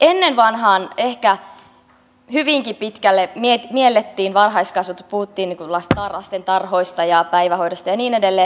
ennen vanhaan ehkä hyvinkin pitkälle niin mielet tiina heiskaset puutti puhuttiin lastentarhoista ja päivähoidosta ja niin edelleen ja näin miellettiin varhaiskasvatus